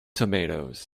tomatoes